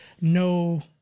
No